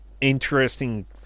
interesting